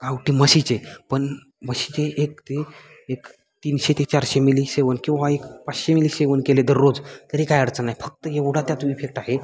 गावठी म्हशीचे पण म्हशीचे एक ते एक तीनशे ते चारशे मिली सेवन किंवा एक पाचशे मिली सेवन केले दररोज तरी काय अडचण नाही फक्त एवढा त्याचं इफेक्ट आहे